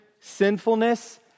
sinfulness